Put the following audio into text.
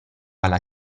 alla